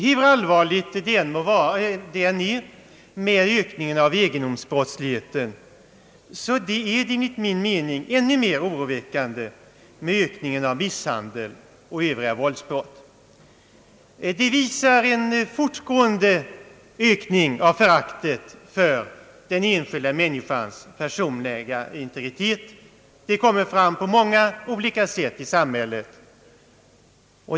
Hur allvarligt det än är med ökningen av egendomsbrottsligheten, är det enligt min mening ännu mera oroväckande med ökningen av misshandelsoch övriga våldsbrott. Det visar en fortgående ökning av föraktet för den enskilda människans personliga integritet. Det kommer fram på många olika sätt i samhället.